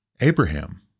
Abraham